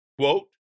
Quote